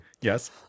Yes